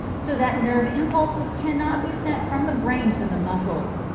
so that nerve impulses cannot be sent from the brain to the muscles,